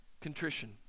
Contrition